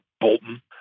Bolton